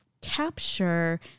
capture